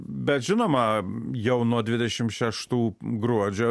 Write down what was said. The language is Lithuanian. bet žinoma jau nuo dvidešim šeštų gruodžio